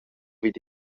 vid